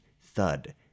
thud